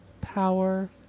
power